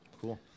cool